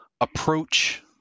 approach